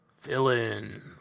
villains